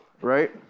Right